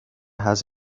has